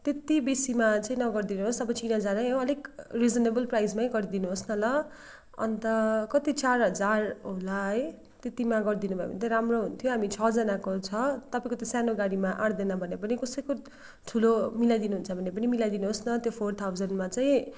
त्यति बेसिमा चाहिँ न गरिदिनुहोस् अब चिनाजानै हो आलिक रिजनेबल प्राइजमै गरिदिनुहोस् न ल अन्त कति चार हजार होला है त्यतिमा गरिदिनुभयो भने त राम्रो हुन्थ्यो हामी छजनाको छ तपाईँको त्यो सानो गाडिमा आँट्दैन भने पनि कसैको ठुलो मिलाइदिनु हुन्छ भने पनि मिलाइदिनुहोस् न त्यो फोर थाउजन्डमा चाहिँ